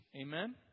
Amen